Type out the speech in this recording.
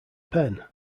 pen